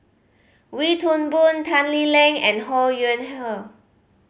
Wee Toon Boon Tan Lee Leng and Ho Yuen Hoe